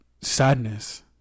sadness